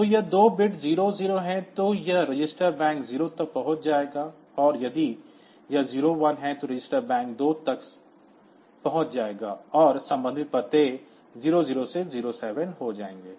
तो ये दो बिट्स 00 हैं तो यह रजिस्टर बैंक 0 तक पहुंच जाएगा और यदि यह 01 है तो रजिस्टर बैंक 2 तक पहुंच जाएगा और संबंधित पते 00 से 07 हो जाएंगे